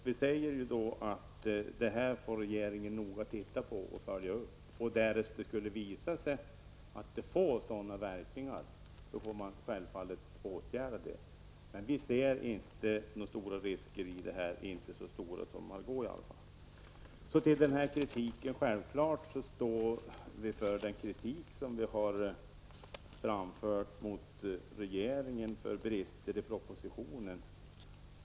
Vi säger att regeringen noga får se över detta och följa upp det, och därest det skulle visa sig att det får negativa verkningar får man självfallet åtgärda dem. Men vi ser inte några stora risker med detta, åtminstone inte så stora risker som Margó Ingvardsson ser. Självklart står vi för den kritik som vi har framfört mot regeringen för brister i propositionen.